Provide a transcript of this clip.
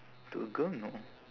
to a girl no